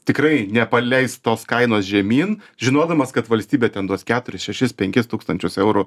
tikrai nepaleis tos kainos žemyn žinodamas kad valstybė ten duos keturis šešis penkis tūkstančius eurų